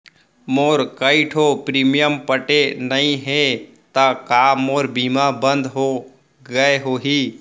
मोर कई ठो प्रीमियम पटे नई हे ता का मोर बीमा बंद हो गए होही?